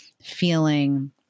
feeling